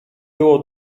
było